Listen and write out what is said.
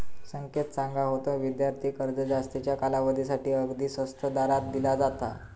संकेत सांगा होतो, विद्यार्थी कर्ज जास्तीच्या कालावधीसाठी अगदी स्वस्त दरात दिला जाता